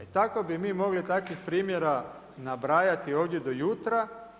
I tako bi mi mogli takvih primjera nabrajati ovdje do jutra.